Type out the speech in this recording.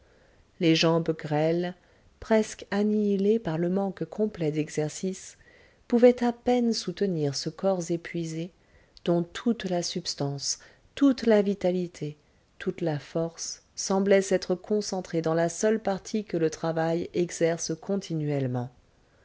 les jambes grêles presque annihilées par le manque complet d'exercice pouvaient à peine soutenir ce corps épuisé dont toute la substance toute la vitalité toute la force semblaient s'être concentrées dans la seule partie que le travail exerce continuellement